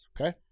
Okay